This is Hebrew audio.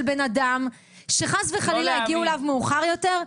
בן אדם שחס וחלילה הגיעו אליו מאוחר יותר?